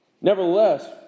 Nevertheless